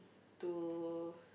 to